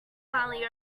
finally